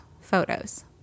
photos